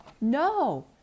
No